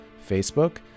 Facebook